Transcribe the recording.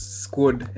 squad